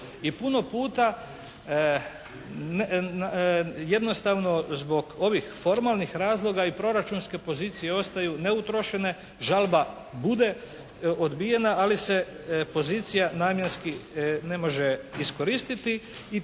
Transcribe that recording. I puno puta jednostavno zbog ovih formalnih razloga i proračunske pozicije ostaju neutrošene. Žalba bude odbijena ali se pozicija namjenski ne može iskoristiti